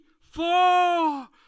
four